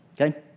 okay